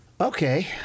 Okay